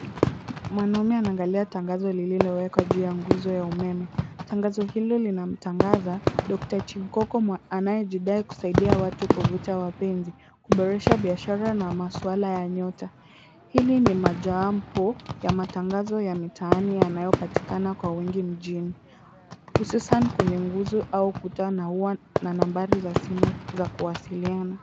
Mwanaume anaangalia tangazo lililowekwa juu ya nguzo ya umeme. Tangazo hilo linamtangaza Dr . Chikonko anayejidai kusaidia watu kuvuta wapenzi, kuboresha biashara na masuala ya nyota. Hili ni moja wapo ya matangazo ya mitaani yanayopatikana kwa wingi mjini hususan kwenye nguzo au ukuta na huwa na nambari za simu za kuwasiliana.